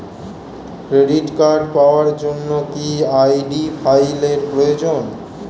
Credit card পাওয়ার জন্য কি আই.ডি ফাইল এর প্রয়োজন?